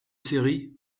série